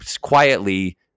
quietly